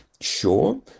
sure